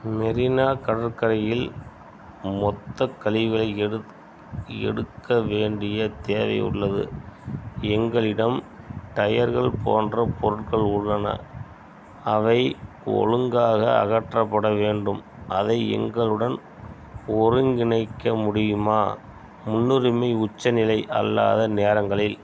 மெரினா கடற்கரையில் மொத்தக் கழிவுகளை எடு எடுக்க வேண்டியத் தேவை உள்ளது எங்களிடம் டயர்கள் போன்ற பொருட்கள் உள்ளன அவை ஒழுங்காக அகற்றப்பட வேண்டும் அதை எங்களுடன் ஒருங்கிணைக்க முடியுமா முன்னுரிமை உச்ச நிலை அல்லாத நேரங்களில்